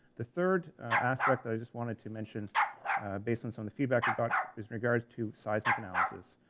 the third aspect that i just wanted to mention based on some of the feedback we've got is in regards to seismic analysis.